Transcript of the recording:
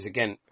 Again